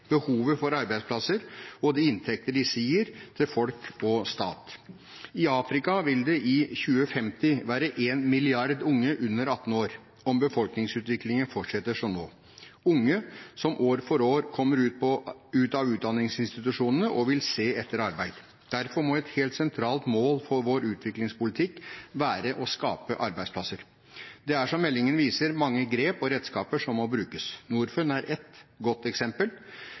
behovet for arbeidsplasser og de inntekter disse gir til folk og stat. I Afrika vil det i 2050 være én milliard unge under 18 år om befolkningsutviklingen fortsetter som nå, unge som år for år kommer ut av utdanningsinstitusjonene og vil se etter arbeid. Derfor må et helt sentralt mål for vår utviklingspolitikk være å skape arbeidsplasser. Det er, som meldingen viser, mange grep og redskaper som må brukes. Norfund er ett godt eksempel